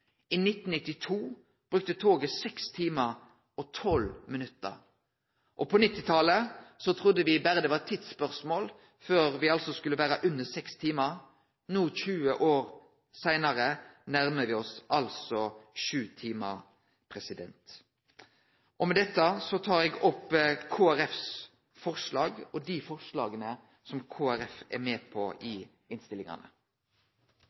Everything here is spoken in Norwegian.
I 1992 brukte toget 6 timar og 12 minutt, og på 1990–talet trudde me det berre var eit tidsspørsmål før me skulle vere under 6 timar. No, 20 år seinare, nærmar me oss altså 7 timar. Med dette tar eg opp Kristeleg Folkepartis forslag og dei forslaga som Kristeleg Folkeparti er med på